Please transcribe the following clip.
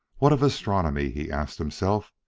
what of astronomy? he asked himself.